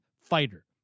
fighter